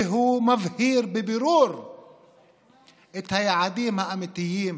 והוא מבהיר בבירור את היעדים האמיתיים